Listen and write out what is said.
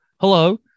Hello